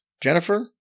Jennifer